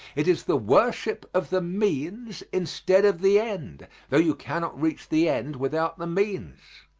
it is the worship of the means instead of the end, though you cannot reach the end without the means.